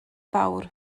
fawr